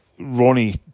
Ronnie